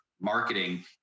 marketing